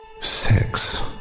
Sex